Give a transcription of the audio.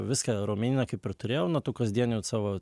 viską raumenyną kaip ir turėjau nuo tų kasdienių savo